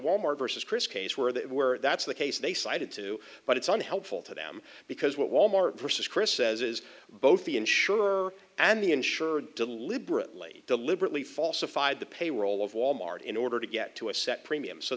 wal mart versus kris case where they were that's the case they cited too but it's unhelpful to them because what walmart versus chris says is both the insurer and the insurer deliberately deliberately falsified the payroll of wal mart in order to get to a set premium so